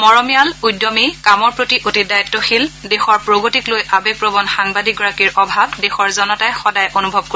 মৰমীয়াল উদ্যমী কামৰ প্ৰতি অতি দায়িত্বশীল দেশৰ প্ৰগতিক লৈ আৱেগপ্ৰবণ সাংবাদিকগৰাকীৰ অভাৱ দেশৰ জনতাই সদায় অনুভৱ কৰিব